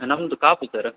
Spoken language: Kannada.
ನಮ್ಮದು ಕಾಪು ಸರ್